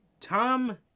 Tom